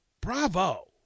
Bravo